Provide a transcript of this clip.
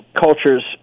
cultures